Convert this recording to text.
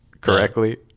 correctly